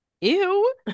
Ew